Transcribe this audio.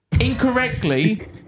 Incorrectly